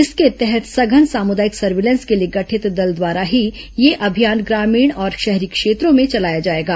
इसके तहत सघन सामुदायिक सर्विलेंस के लिए गठित दल द्वारा ही यह अभियान ग्रामीण और शहरी क्षेत्रों में चलाया जाएगा